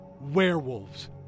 werewolves